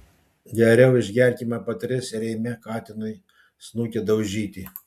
geriau išgerkime po tris ir eime katinui snukio daužyti